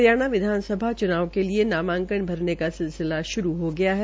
हरियाणा विधानसभा च्नाव के लिए नामांकन भरने की सिलसिला श्रू हो गया है